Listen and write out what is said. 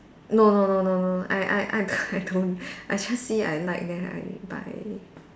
no no no no no I I I I don't I just see I like then I buy